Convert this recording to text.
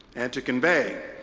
and to convey,